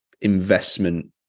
investment